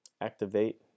Activate